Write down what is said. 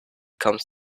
comes